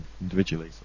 individually